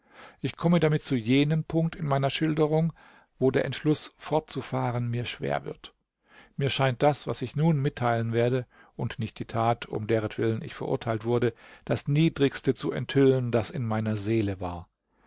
ich komme damit zu jenem punkt in meiner schilderung wo der entschluß fortzufahren mir schwer wird mir scheint das was ich nun mitteilen werde und nicht die tat um deretwillen ich verurteilt wurde das niedrigste zu enthüllen das in meiner seele war